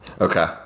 Okay